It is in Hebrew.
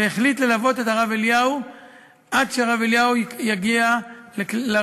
והחליט ללוות את הרב אליהו עד שהרב אליהו יגיע לרכב.